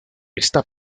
está